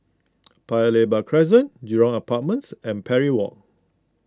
Paya Lebar Crescent Jurong Apartments and Parry Walk